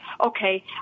Okay